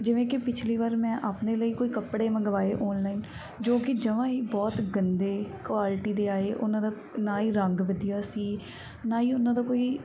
ਜਿਵੇਂ ਕਿ ਪਿਛਲੀ ਵਾਰ ਮੈਂ ਆਪਣੇ ਲਈ ਕੋਈ ਕੱਪੜੇ ਮੰਗਵਾਏ ਆਨਲਾਈਨ ਜੋ ਕਿ ਜਵਾਂ ਹੀ ਬਹੁਤ ਗੰਦੇ ਕੁਆਲਿਟੀ ਦੇ ਆਏ ਉਹਨਾਂ ਦਾ ਨਾ ਹੀ ਰੰਗ ਵਧੀਆ ਸੀ ਨਾ ਹੀ ਉਹਨਾਂ ਦਾ ਕੋਈ